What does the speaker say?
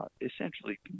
essentially